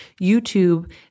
YouTube